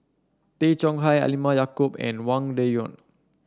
Tay Chong Hai Halimah Yacob and Wang Dayuan